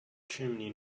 chimney